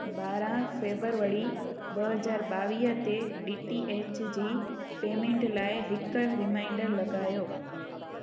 ॿारहां फेबरवरी ॿ हज़ार ॿावीह ते डी टी एच जी पेमेंट लाइ हिकु रिमाइंडर लॻायो